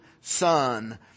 son